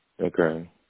Okay